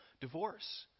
divorce